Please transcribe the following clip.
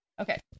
Okay